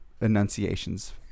enunciations